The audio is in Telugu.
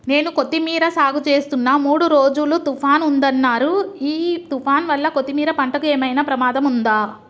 నేను కొత్తిమీర సాగుచేస్తున్న మూడు రోజులు తుఫాన్ ఉందన్నరు ఈ తుఫాన్ వల్ల కొత్తిమీర పంటకు ఏమైనా ప్రమాదం ఉందా?